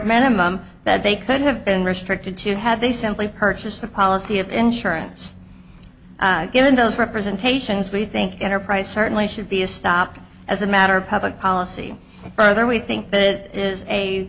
minimum that they could have been restricted to had they simply purchased a policy of insurance in those representations we think enterprise certainly should be a stop as a matter of public policy further we think that i